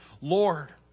Lord